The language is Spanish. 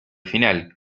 final